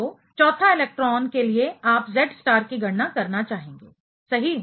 तो चौथा इलेक्ट्रॉन के लिए आप Z स्टार की गणना करना चाहेंगे सही